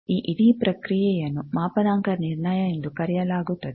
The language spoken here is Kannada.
ಈ ಇಡೀ ಪ್ರಕ್ರಿಯೆಯನ್ನು ಮಾಪನಾಂಕ ನಿರ್ಣಯ ಎಂದು ಕರೆಯಲಾಗುತ್ತದೆ